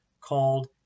called